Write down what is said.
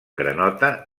granota